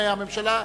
הממשלה,